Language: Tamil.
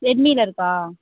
ரெட்மீயில இருக்கா